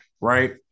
Right